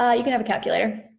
ah you can have a calculator.